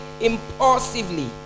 impulsively